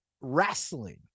wrestling